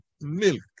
milk